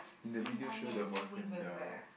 then you buy me a new We-Bear-Bear